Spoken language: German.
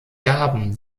gaben